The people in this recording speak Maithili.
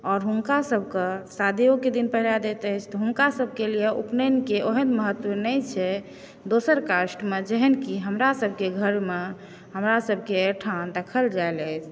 और हुनका सभके शादीओके दिन पहिरा दैत अछि तऽ हुनका सभकेँ लेल उपनयनके ओहन महत्व नहि छै दोसर कास्टमे जेना कि हमरा सभके घरमे हमरा सभकेँ एहिठाम देखल जाइत अछि